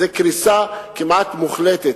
זו קריסה כמעט מוחלטת,